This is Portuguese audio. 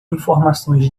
informações